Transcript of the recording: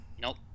nope